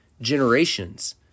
generations